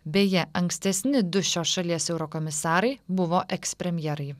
beje ankstesni du šios šalies eurokomisarai buvo ekspremjerai